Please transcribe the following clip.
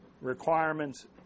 requirements